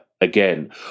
again